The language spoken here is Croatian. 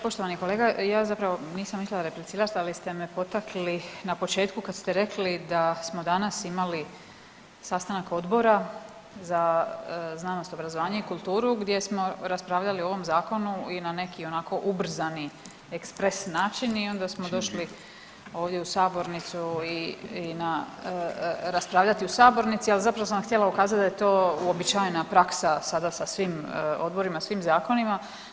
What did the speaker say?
Poštovani kolega, ja zapravo nisam mislila replicirat, ali ste me potakli na početku kad ste rekli da smo danas imali sastanak Odbora za znanost, obrazovanje i kulturu gdje smo raspravljali o ovom zakonu i na neki onako ubrzani ekspres način i onda smo došli ovdje u sabornicu i raspravljati u sabornici, ali zapravo sam vam htjela ukazati da je to uobičajena praksa sada sa svim odborima, svim zakonima.